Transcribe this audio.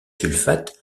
sulfate